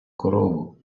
корову